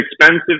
expensive